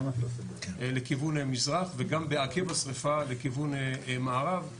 לכיוון מזרח וגם בעקב השריפה לכיוון מערב,